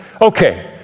Okay